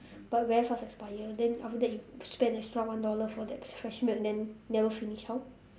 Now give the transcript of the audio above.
but very fast expire then after that you spend extra one dollar for that fresh milk then never finish how